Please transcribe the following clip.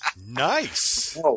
Nice